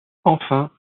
enfin